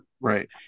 right